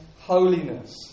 holiness